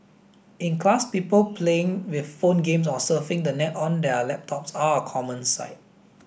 in class people playing with phone games or surfing the net on their laptops are a common sight